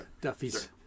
Duffy's